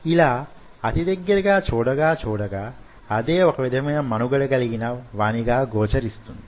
యిలా అతి దగ్గరగా చూడగా చూడగా అదే వొక విధమైన మనుగడ గలిగిన వానిగా గోచరిస్తుంది